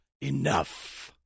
enough